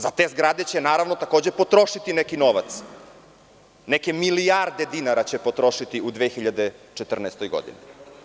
Za te zgrade će, naravno, potrošiti neki novac, neke milijarde dinara će potrošiti u 2014. godini.